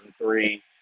2003